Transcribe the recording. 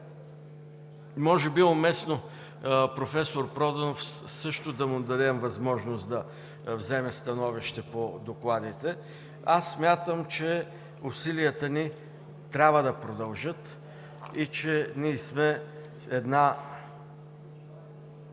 Може би е уместно на професор Проданов също да му дадем възможност да вземе становище по докладите. Смятам, че усилията ни трябва да продължат и че ние сме една